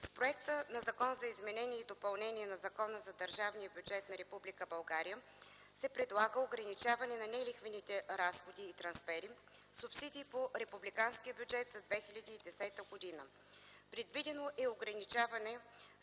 Със Законопроекта за изменение и допълнение на Закона за държавния бюджет на Република България за 2010 г. се предлага ограничаване на нелихвените разходи и трансфери/субсидии по републиканския бюджет за 2010 г. Предвидено е ограничаване